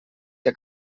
que